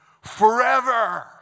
forever